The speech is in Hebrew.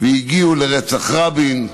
והגיעו לרצח רבין,